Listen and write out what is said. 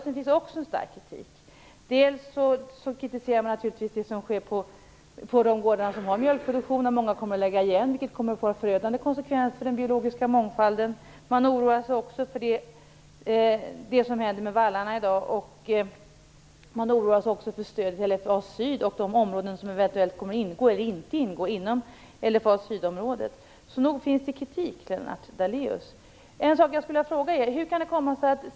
Det finns också en stark kritik från miljörörelsen. Man kritiserar naturligtvis det som sker på de gårdar som har mjölkproduktion och där många kommer att lägga igen. Det kommer att få förödande konsekvenser för den biologiska mångfalden. Man oroar sig också för det som händer med vallarna i dag och för stödet till LFA syd och de områden som eventuellt kommer att ingå eller inte ingå i där. Nog finns det kritik, Lennart Daléus.